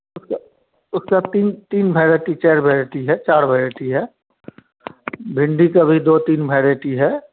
उसका उसका तीन तीन भेरायटी चार भेरायटी है चार भेरायटी है भिन्डी का भी दो तीन भेरायटी है